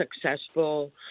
successful